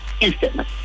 Instantly